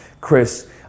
Chris